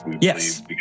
Yes